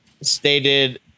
stated